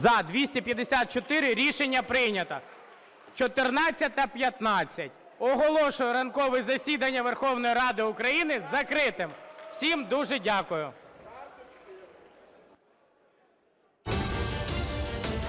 За-254 Рішення прийнято. 14:15. Оголошую ранкове засідання Верховної Ради України закритим. Всім дуже дякую.